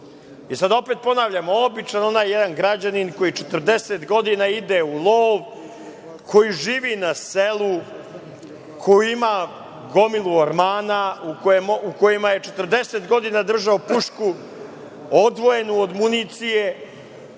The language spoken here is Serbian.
opet ponavljam, običan građanin koji 40 godina ide u lov, koji živi na selu, koji ima gomilu ormana u kojima je 40 godina držao pušku odvojenu od municije,